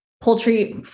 Poultry